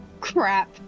crap